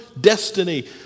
destiny